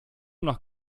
nach